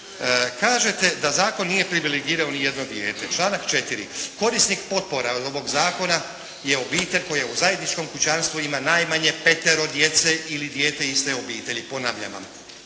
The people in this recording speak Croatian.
kažete da zakon nije privilegirao ni jedno dijete. Članak 4. korisnik potpora ovog zakona je obitelj koja u zajedničkom kućanstvu ima najmanje petero djece ili dijete iste obitelji. Ponavljam vam,